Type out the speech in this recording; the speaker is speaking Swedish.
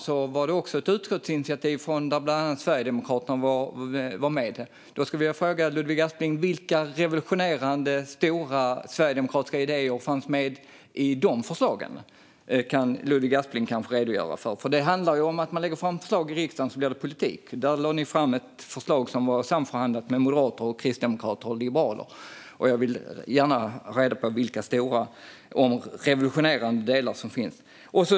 Också där var det ett utskottsinitiativ, där bland andra Sverigedemokraterna var med. Jag frågar Ludvig Aspling: Vilka revolutionerande stora sverigedemokratiska idéer fanns med i dessa förslag? Det kanske han kan redogöra för. Det handlar ju om att man lägger fram förslag i riksdagen, och sedan blir det politik. Ni lade fram ett förslag som var samförhandlat med moderater, kristdemokrater och liberaler. Jag vill alltså gärna ha reda på vilka stora och revolutionerande delar som finns där.